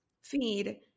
feed